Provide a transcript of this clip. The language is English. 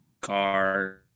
car